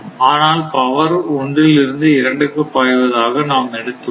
ஆனால் பவர் ஒன்றிலிருந்து இரண்டுக்கு பாய்வதாக நாம் எடுத்துள்ளோம்